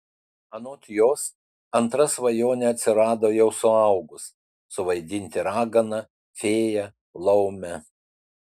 anot jos antra svajonė atsirado jau suaugus suvaidinti raganą fėją laumę